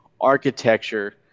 architecture